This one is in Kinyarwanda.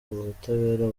ubutabera